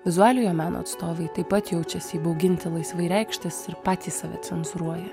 vizualiojo meno atstovai taip pat jaučiasi įbauginti laisvai reikštis ir patys save cenzūruoja